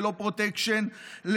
ללא פרוטקשן,